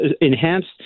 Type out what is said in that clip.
enhanced